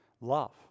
love